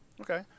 Okay